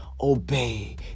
obey